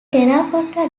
terracotta